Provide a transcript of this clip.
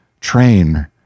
Train